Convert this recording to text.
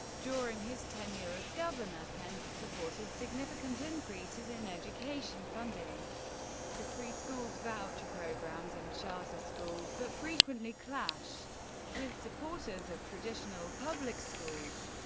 during his tenure as governor, pence supported significant increases in education funding to pre-schools, voucher programs, and charter schools, but frequently clashed with supporters of traditional public schools.